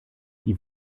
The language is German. die